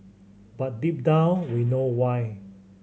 but deep down we know why